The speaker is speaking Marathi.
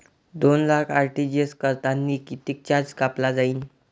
दोन लाख आर.टी.जी.एस करतांनी कितीक चार्ज कापला जाईन?